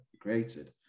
created